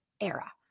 era